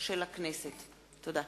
תודה.